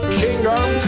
kingdom